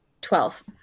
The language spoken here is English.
twelve